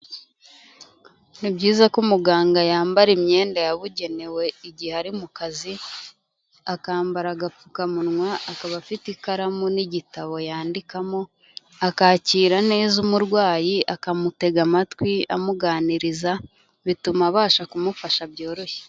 Ni byiza ko umuganga yambara imyenda yabugenewe igihe ari mu kazi, akambara agapfukamunwa, akaba afite ikaramu n'igitabo yandikamo, akakira neza umurwayi akamutega amatwi amuganiriza, bituma abasha kumufasha byoroshye.